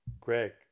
greg